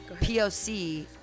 poc